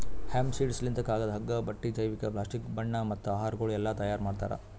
hemp seeds ಲಿಂತ್ ಕಾಗದ, ಹಗ್ಗ, ಬಟ್ಟಿ, ಜೈವಿಕ, ಪ್ಲಾಸ್ಟಿಕ್, ಬಣ್ಣ ಮತ್ತ ಆಹಾರಗೊಳ್ ಎಲ್ಲಾ ತೈಯಾರ್ ಮಾಡ್ತಾರ್